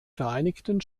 vereinigten